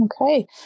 Okay